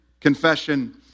confession